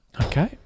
okay